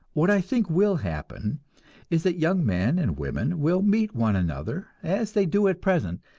what i think will happen is that young men and women will meet one another, as they do at present,